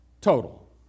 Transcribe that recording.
total